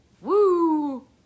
woo